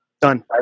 Done